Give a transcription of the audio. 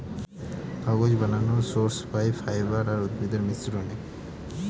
কাগজ বানানর সোর্স পাই ফাইবার আর উদ্ভিদের মিশ্রনে